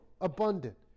abundant